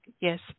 Yes